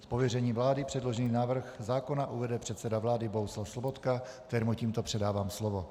Z pověření vlády předložený návrh zákona uvede předseda vlády Bohuslav Sobotka, kterému tímto předávám slovo.